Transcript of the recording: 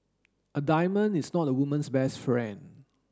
a diamond is not a woman's best friend